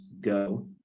go